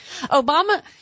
Obama